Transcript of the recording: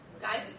guys